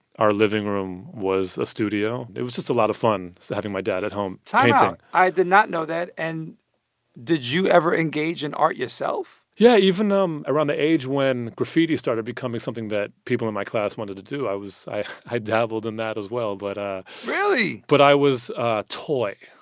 our living room was a studio. it was just a lot of fun so having my dad at home painting time out. ah i did not know that. and did you ever engage in art yourself? yeah. even um around the age when graffiti started becoming something that people in my class wanted to do, i was i i dabbled in that as well. but. ah really? but i was a toy